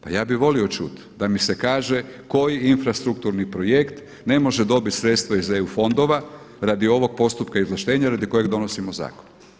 Pa ja bih volio čuti da mi se kaže koji infrastrukturni projekt ne može dobiti sredstva iz EU fondova radi ovog postupka izvlaštenja radi kojeg donosimo zakon.